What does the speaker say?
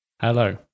Hello